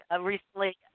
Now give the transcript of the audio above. recently